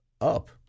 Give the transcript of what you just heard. Up